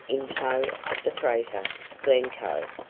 in tow of the freighter glencoe,